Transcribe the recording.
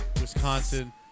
Wisconsin